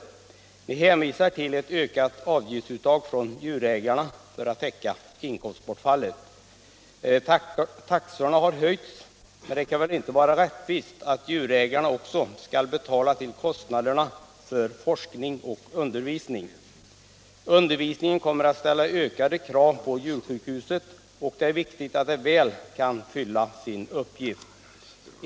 Reservanterna hänvisar till ett ökat avgiftsuttag från djurägarna för att täcka inkomstbortfallet. Taxorna har höjts, men det kan väl inte vara rättvist att djurägarna också skall betala till kostnaderna för forskning och undervisning. Undervisningen kommer att ställa ökade krav på djursjukhuset, och det är viktigt att det väl kan fylla sin uppgift.